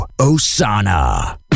Osana